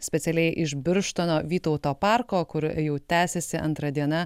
specialiai iš birštono vytauto parko kur jau tęsiasi antra diena